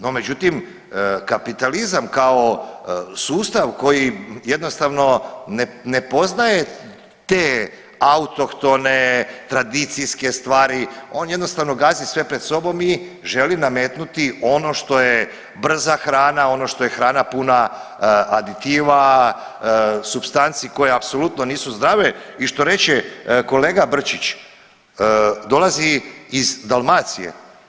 No međutim, kapitalizam kao sustav koji jednostavno ne poznaje te autohtone tradicijske stvari, on jednostavno gazi sve pred sobom i želi nametnuti ono što je brza hrana, ono što je hrana puna aditiva, supstanci koje apsolutno nisu zdrave i što reče kolega Brčić dolazi iz Dalmacije.